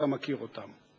אתה מכיר אותם.